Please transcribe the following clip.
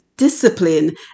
discipline